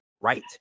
right